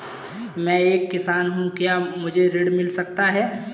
मैं एक किसान हूँ क्या मुझे ऋण मिल सकता है?